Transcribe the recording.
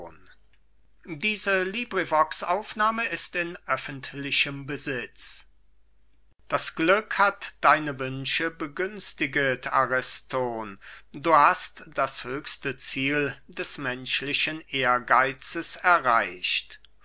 das glück hat deine wünsche begünstiget ariston du hast das höchste ziel des menschlichen ehrgeitzes erreicht